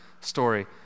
story